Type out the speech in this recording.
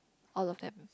all of them